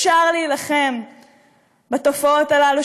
אפשר להילחם בתופעות האלה,